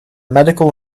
medical